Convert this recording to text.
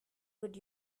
would